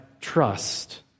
trust